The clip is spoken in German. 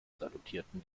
salutierten